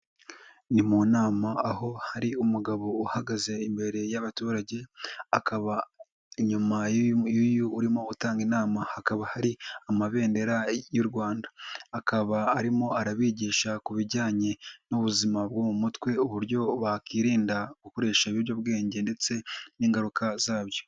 Ni mu nama aho hari umugabo uhagaze imbere y'abaturage akaba inyuma y'uyu urimo gutanga inama hakaba hari amabendera y'u Rwanda, akaba arimo arabigisha ku bijyanye n'ubuzima bwo mu mutwe, uburyo bakirinda gukoresha ibiyobyabwenge ndetse n'ingaruka zabyo.